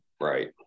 Right